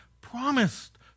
promised